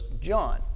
John